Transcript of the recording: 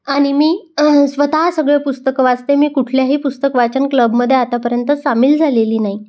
आणि मी स्वतः सगळे पुस्तकं वाचते मी कुठल्याही पुस्तक वाचन क्लबमध्ये आतापर्यंत सामील झालेली नाही